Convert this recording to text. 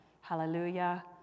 Hallelujah